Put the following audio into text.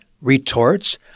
retorts